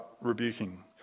rebuking